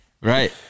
right